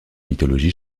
mythologie